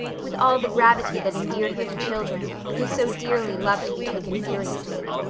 with all the gravity that endeared her to children, who so dearly love to be taken seriously.